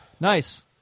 Nice